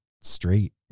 straight